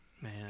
Man